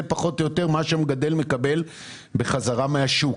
פחות או יותר מה שהמגדל מקבל בחזרה מן השוק.